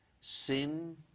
sin